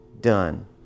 done